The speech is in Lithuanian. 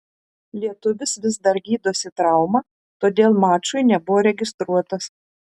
lietuvis vis dar gydosi traumą todėl mačui nebuvo registruotas